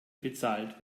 bezahlt